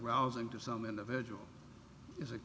arousing to some individuals is it